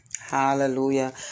Hallelujah